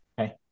Okay